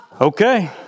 Okay